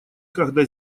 когда